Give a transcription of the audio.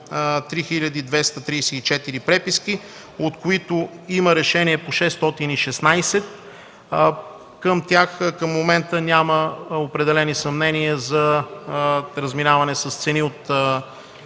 234 преписки, от които има решение по 616. Към тях към момента няма определени съмнения за разминаване с цени от